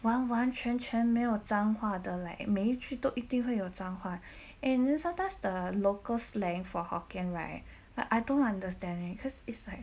完完全全没有脏话的 like 每一句都一定会有脏话 and then sometimes the local slang for hokkien right like I don't understand leh cause it's like